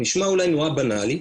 נשמע אולי נורא בנאלי,